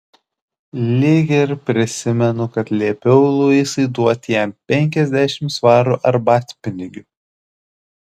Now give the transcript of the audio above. lyg ir prisimenu kad liepiau luisai duoti jam penkiasdešimt svarų arbatpinigių